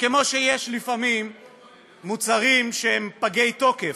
וכמו שיש לפעמים מוצרים שהם פגי תוקף,